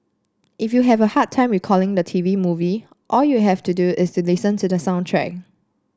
if you have a hard time recalling the T V movie all you have to do is listen to the soundtrack